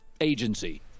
agency